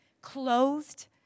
clothed